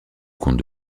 comte